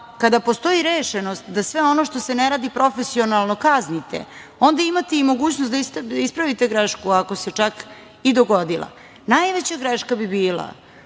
kada postoji rešenost da sve ono što se ne radi profesionalno kaznite, onda imate mogućnost da ispravite grešku ako se čak i dogodila. Najveća greška bi bila